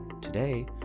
Today